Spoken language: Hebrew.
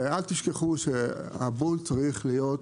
אל תשכחו שהבול צריך להיות,